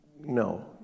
no